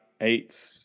eight